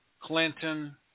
Clinton